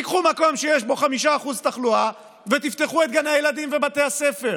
תיקחו מקום שיש בו 5% תחלואה ותפתחו את גני ילדים ובתי הספר.